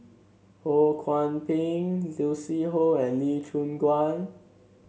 Ho Kwon Ping Lucy Koh and Lee Choon Guan